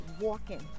walking